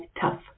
tough